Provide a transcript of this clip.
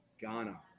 Ghana